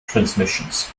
transmissions